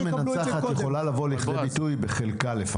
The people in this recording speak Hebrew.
שהתוכנית המנצחת לפחות תבוא לידי ביטוי בחלקה.